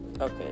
Okay